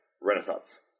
Renaissance